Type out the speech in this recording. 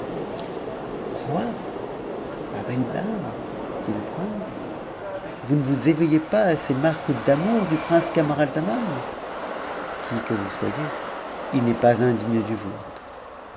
quoi ma belle dame dit le prince vous ne vous éveillez pas à ces marques d'amour du prince camaralzaman qui que vous soyez il n'est pas indigne du vôtre